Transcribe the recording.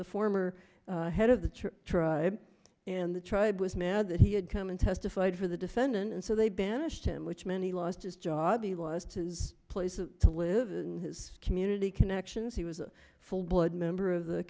the former head of the church tribe and the tribe was mad that he had come and testified for the defendant and so they banished him which meant he lost his job he lost his places to live and his community connections he was a full blood member of the